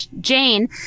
Jane